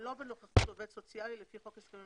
שלא בנוכחות עובד סוציאלי לפי חוק הסכמים